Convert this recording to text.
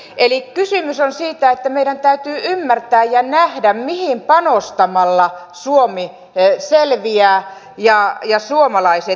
eli kysymys on siitä että meidän täytyy ymmärtää ja nähdä mihin panostamalla suomi selviää ja suomalaiset selviävät